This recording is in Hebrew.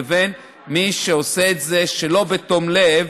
לבין מי שעושה את זה שלא בתום לב,